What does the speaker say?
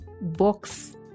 box